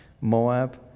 Moab